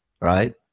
right